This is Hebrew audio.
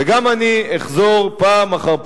וגם אני אחזור פעם אחר פעם,